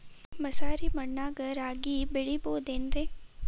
ಮಸಾರಿ ಮಣ್ಣಾಗ ರಾಗಿ ಬೆಳಿಬೊದೇನ್ರೇ?